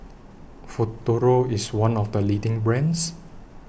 Futuro IS one of The leading brands